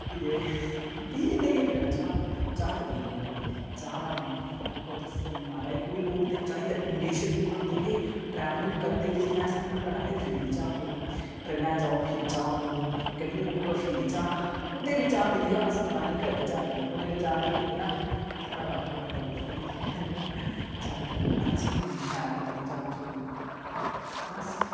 फिर एह् पीऽ लैने केह् करना चाह् चाह् ते पीनी भई चाह् दा दिक्खो तुस म्हाराज केईं लोग चाही दे इन्ने शौकीन होंदे की ट्रैवलिंग करदे सफर करदे चाह् पीनी ट्रेनां जाओ फिर चाह् पीनी गड्डियें च चाह् कुदै बी चाह् पीनी अस मना निं करदे चाह् पीनी तां कक्ख निं खाद्धा पीता अच्छी चाह् लगदी बस